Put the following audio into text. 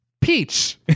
Peach